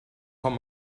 from